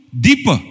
deeper